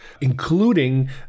including